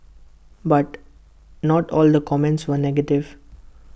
but not all the comments were negative